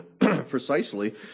precisely